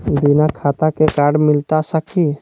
बिना खाता के कार्ड मिलता सकी?